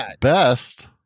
best